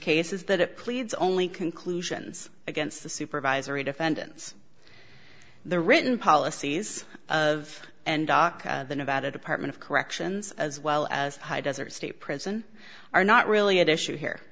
case is that it pleads only conclusions against the supervisory defendants the written policies of and doc the nevada department of corrections as well as high desert state prison are not really at issue here